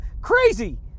crazy